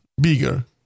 bigger